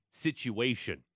situation